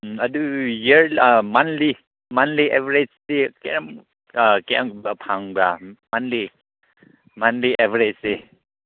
ꯎꯝ ꯑꯗꯨꯗꯤ ꯃꯟꯂꯤ ꯃꯟꯂꯤ ꯑꯦꯕꯔꯦꯖꯇꯤ ꯀꯌꯥꯝ ꯀꯌꯥꯒꯨꯝꯕ ꯐꯪꯕ꯭ꯔꯥ ꯃꯟꯂꯤ ꯃꯟꯂꯤ ꯑꯦꯚꯔꯦꯖꯁꯤ